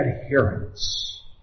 adherence